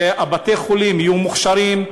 שבתי-החולים יהיו מוכשרים,